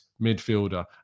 midfielder